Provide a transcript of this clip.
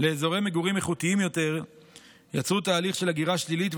לאזורי מגורים איכותיים יותר יצרו תהליך של הגירה שלילית,